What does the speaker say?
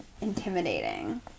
intimidating